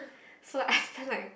so like I spent like